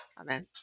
Amen